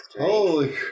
Holy